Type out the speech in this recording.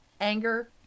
Anger